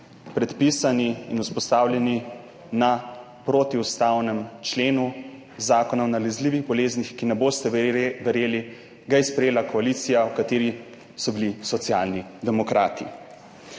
predpisani in vzpostavljeni na protiustavnem členu Zakona o nalezljivih boleznih, ki, ne boste verjeli, ga je sprejela koalicija, v kateri so bili Socialni demokrati.